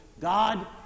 God